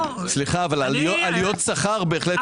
סליחה, אבל עלויות שכר בהחלט מתגלגלות ליצרנים.